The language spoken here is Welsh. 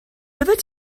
byddet